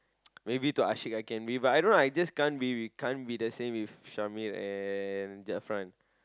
maybe to Ashik I can be but I don't know I just can't be with can't be the same with Sharmil and Zirfan